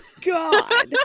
God